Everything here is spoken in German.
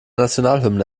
nationalhymne